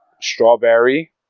Strawberry